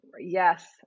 yes